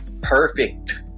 perfect